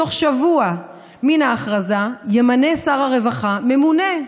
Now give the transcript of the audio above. בתוך שבוע מן ההכרזה ימנה שר הרווחה ממונה,